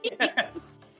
Yes